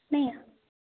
ନାହିଁ